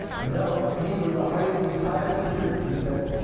no, to me it was the height of the entire series, he says.